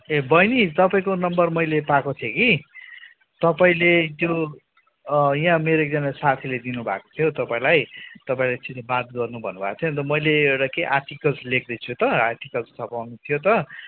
ए बहिनी तपाईँको नम्बर मैले पाएको थिएँ कि तपाईँले त्यो यहाँ मेरो एकजना साथीले दिनु भएको थियो तपाईँलाई तपाईँ एकछिन् बात गर्नु भन्नु भएको थियो अन्त मैले एउटा केही आर्टिकल्स लेख्दैछु त आर्टिकल्स छपाउनु थियो त